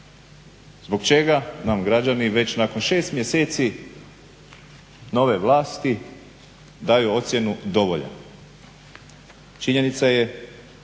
Zbog čega nam građani već nakon šest mjeseci nove vlasti daju ocjenu dovoljan. Činjenica je